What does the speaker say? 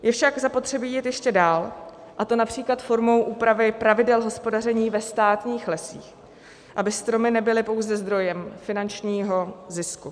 Je však zapotřebí vidět ještě dál, a to například formou úpravy pravidel hospodaření ve státních lesích, aby stromy nebyly pouze zdrojem finančního zisku.